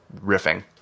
riffing